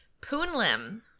Poonlim